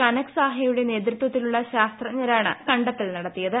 കനക് സാഹയുടെ നേതൃത്വത്തിലുള്ള ശാസ്ത്രജ്ഞരാണ് കണ്ടെത്തൽ നടത്തിയത്